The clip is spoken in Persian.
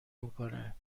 میکنه